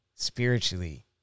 Spiritually